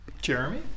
Jeremy